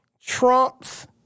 Trump's